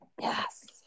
Yes